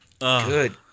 Good